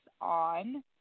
on